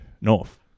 North